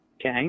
Okay